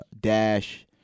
Dash